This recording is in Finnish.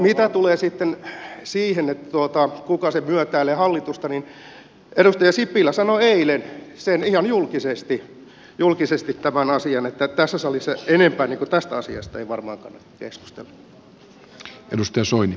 mitä tulee sitten siihen kuka myötäilee hallitusta niin edustaja sipilä sanoi eilen ihan julkisesti tämän asian että tässä salissa tästä asiasta ei varmaan kannata keskustella enempää